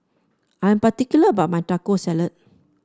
I am particular about my Taco Salad